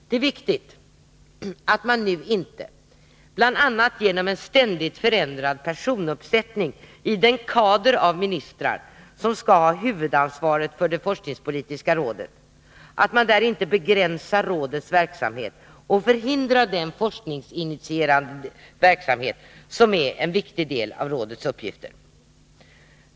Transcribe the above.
Det är viktigt att man nu inte — bl.a. genom en ständigt förändrad personuppsättning i den kader av ministrar som skall ha huvudansvaret för det forskningspolitiska rådet — begränsar rådets verksamhet och förhindrar den forskningsinitierade verksamhet som är en viktig del av rådets uppgifter.